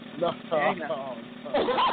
No